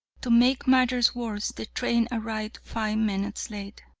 to make matters worse, the train arrived five minutes late,